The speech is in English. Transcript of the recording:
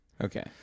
Okay